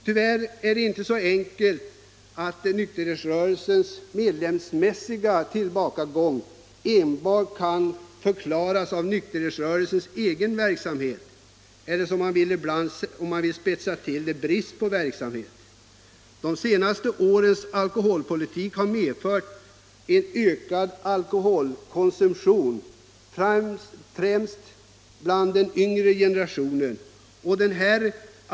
Tyvärr är det inte så enkelt att anledningen till nykterhetsrörelsens medlemsmässiga tillbakagång enbart är att söka i nykterhetsrörelsens egen verksamhet eller — som man säger ibland när man vill spetsa till det — brist på verksamhet. De senaste årtiondenas alkoholpolitik har medfört en ökad alkoholkonsumtion främst bland den yngre generationen.